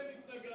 אתם התנגדתם.